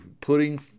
putting